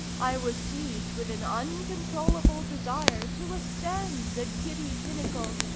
i was seized with an uncontrollable desire to ascend the giddy pinnacle,